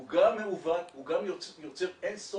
הוא גם מעוות, הוא גם יוצר אין-סוף